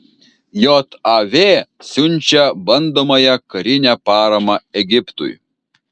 jav siunčia bandomąją karinę paramą egiptui